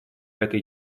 этой